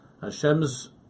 Hashem's